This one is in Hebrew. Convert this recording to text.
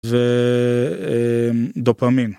ו.. אממ.. ודופמין.